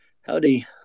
Howdy